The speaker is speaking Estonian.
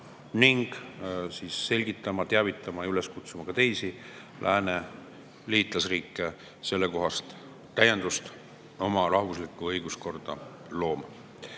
samuti selgitama, teavitama ja ka teisi lääne liitlasriike sellekohast täiendust oma rahvuslikku õiguskorda looma.